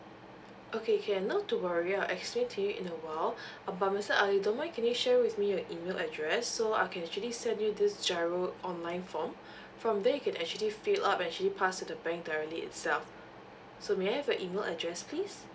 okay can no to worry I'll explain to you in a while uh but mister err you don't mind can you share with me your email address so I can actually send you this giro online form from there you can actually fill up and actually pass to bank directly itself so may I have your email address please